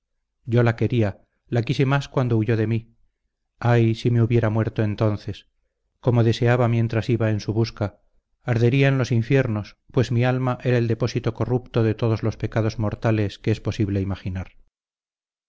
yo la quería la quise más cuando huyó de mí ay si me hubiera muerto entonces como deseaba mientras iba en su busca ardería en los infiernos pues mi alma era el depósito corrupto de todos los pecados mortales que es posible imaginar